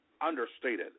understated